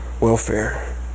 welfare